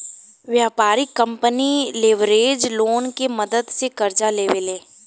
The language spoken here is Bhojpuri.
व्यापारिक कंपनी लेवरेज लोन के मदद से कर्जा लेवे ले